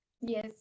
Yes